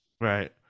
Right